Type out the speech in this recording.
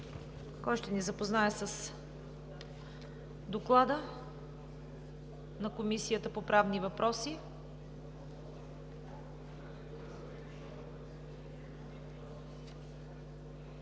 Кой ще ни запознае с Доклада на Комисията по правни въпроси?